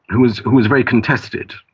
who is who is very contested,